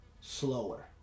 slower